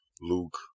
luke